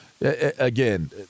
again